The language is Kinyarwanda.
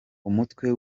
umutwe